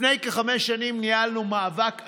לפני כחמש שנים ניהלנו מאבק עצום,